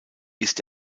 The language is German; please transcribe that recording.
ist